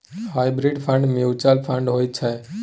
hybrid fund mutual fund होइ छै